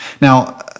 Now